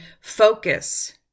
focus